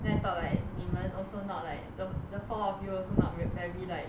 then I thought like 你们 also not like the the four of you also not very like